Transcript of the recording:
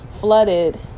flooded